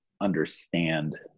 understand